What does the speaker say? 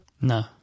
No